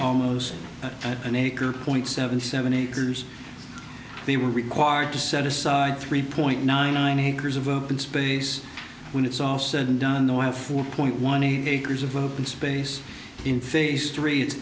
almost an acre point seven seven acres they were required to set aside three point nine nine acres of open space when it's all said and done though a four point one eight years of open space in phase three it